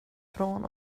från